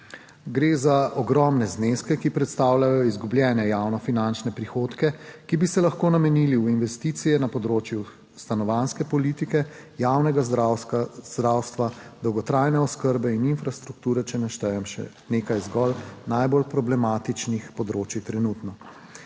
Gre za ogromne zneske, ki predstavljajo izgubljene javno finančne prihodke, ki bi se lahko namenili v investicije na področju stanovanjske politike, javnega zdravstva, dolgotrajne oskrbe in infrastrukture, če naštejem še nekaj zgolj najbolj problematičnih področij trenutno.